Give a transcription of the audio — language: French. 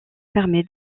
permet